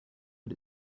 but